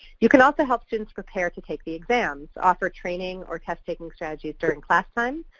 you can also help students prepare to take the exams. offer training or test-taking strategies during class time,